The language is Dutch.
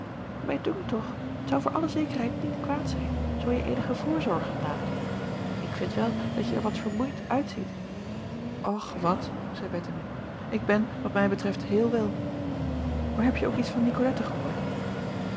mij dunkt toch t zou voor alle zekerheid niet kwaad zijn zoo je eenige voorzorgen naamt ik vind wel dat je er wat vermoeid uitziet ch wat zeî ettemie ik ben wat mij betreft heel wel maar hebje ook iets van icolette gehoord